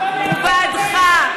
הוא בעדך.